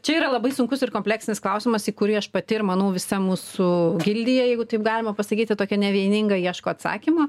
čia yra labai sunkus ir kompleksinis klausimas į kurį aš pati ir manau visa mūsų gildija jeigu taip galima pasakyti tokia nevieninga ieško atsakymo